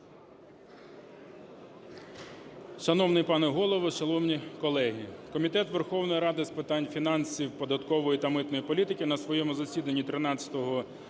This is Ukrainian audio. Шановний пане Голово, шановні колеги! Комітет Верховної Ради з питань фінансів, податкової та митної політики на своєму засіданні 13